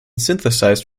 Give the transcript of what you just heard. synthesized